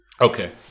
Okay